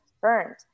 burned